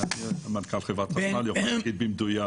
מנכ"ל חברת החשמל יוכל להגיד במדויק.